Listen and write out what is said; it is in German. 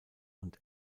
und